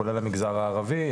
כלומר כולל במגזר הערבי,